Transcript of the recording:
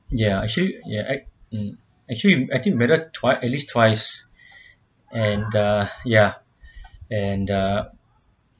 ya actually ya act~ mm actually I think better twice at least twice and uh ya and uh